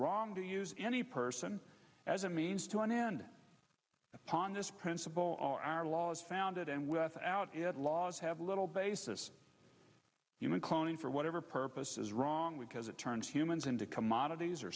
wrong to use any person as a means to an end upon this principle are laws founded and without laws have little basis human cloning for whatever purpose is wrong because it turns humans into commodities or